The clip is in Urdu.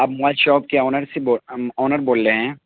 آپ موبائل شاپ کے آنر سے بو آنر بول رہے ہیں